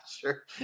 sure